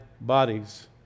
bodies